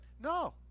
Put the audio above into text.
No